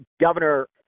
Governor